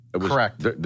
correct